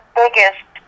biggest